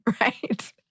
Right